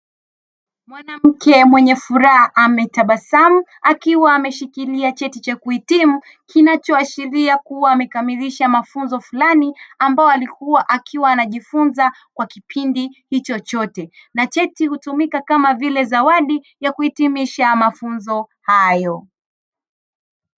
Mwanamke mwenye furaha ametabasamu akiwa ameshikilia cheti cha kuhitimu kinachoashiria kuwa amekamilisha mafunzo fulani ambayo alikua anajifunza kwa kipindi hicho chote. Na cheti hutumika kama vile zawadi ya kuhitimisha mafunzo hayo.